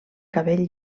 cabell